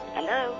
Hello